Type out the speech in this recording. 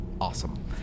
awesome